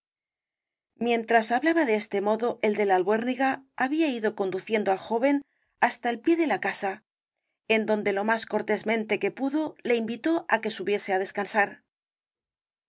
mientras hablaba de este modo el de la albuérniga había ido conduciendo al joven hasta al pie de la el caballero de las botas azules casa en donde lo más cortésmente que pudo le invitó á que subiese á descansar